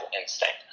instinct